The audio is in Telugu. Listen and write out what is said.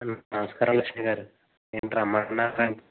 నమస్కారం లక్ష్మిగారు ఏంటి రమ్మన్నారు అంట